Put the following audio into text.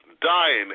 dying